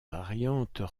variantes